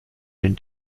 den